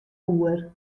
oer